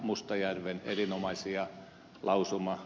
mustajärven erinomaisia lausuma